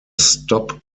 stop